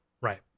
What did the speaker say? Right